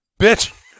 Bitch